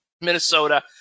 Minnesota